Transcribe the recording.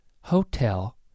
hotel